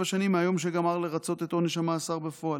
שנים מהיום שגמר לרצות את עונש המאסר בפועל,